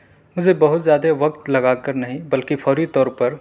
اسے بہت زیادہ وقت لگا کر نہیں بلکہ فوری طور پر